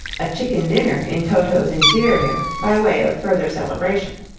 a chicken dinner in toto's interior, by way of further celebration.